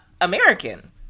American